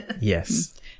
Yes